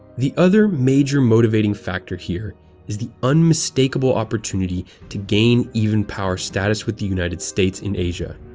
the other major motivating factor here is the unmistakable opportunity to gain even-power status with the united states in asia.